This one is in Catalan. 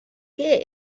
què